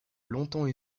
longtemps